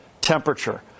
temperature